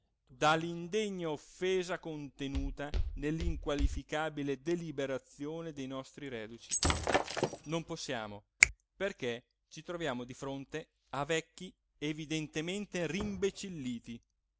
superstiti dall'indegna offesa contenuta nell'inqualificabile deliberazione dei nostri reduci non possiamo perché ci troviamo di fronte a vecchi evidentemente